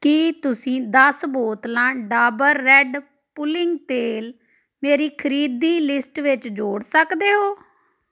ਕੀ ਤੁਸੀਂ ਦਸ ਬੋਤਲਾਂ ਡਾਬਰ ਰੈੱਡ ਪੁਲਿੰਗ ਤੇਲ ਮੇਰੀ ਖਰੀਦੀ ਲਿਸਟ ਵਿੱਚ ਜੋੜ ਸਕਦੇ ਹੋ